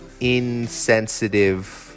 insensitive